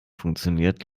funktioniert